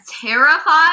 terrified